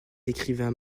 écrivains